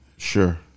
Sure